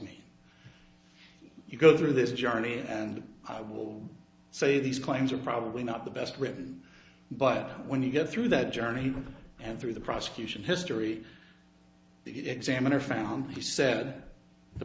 made you go through this journey and i will say these claims are probably not the best written but when you get through that journey and through the prosecution history the examiner found he said the